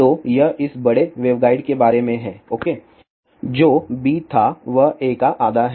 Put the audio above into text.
तो यह इस बड़े वेवगाइड के बारे में है ओके और जो b था वह a का आधा है